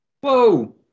Whoa